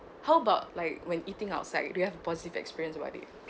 how about like when eating outside do you have positive experience about it